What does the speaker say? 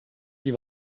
die